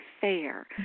fair